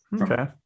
okay